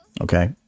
okay